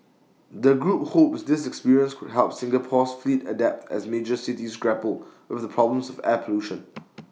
the group hopes this experience could help Singapore's fleet adapt as major cities grapple with the problem of air pollution